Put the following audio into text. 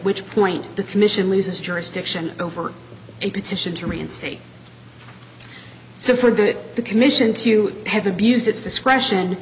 which point the commission loses jurisdiction over a petition to reinstate so for the the commission to have abused its discretion